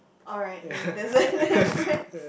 alright then that's a difference